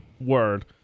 word